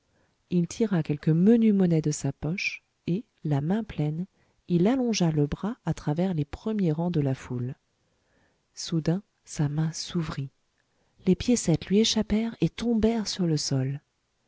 il tira quelque menue monnaie de sa poche et la main pleine il allongea le bras à travers les premiers rangs de la foule soudain sa main s'ouvrit les piécettes lui échappèrent et tombèrent sur le sol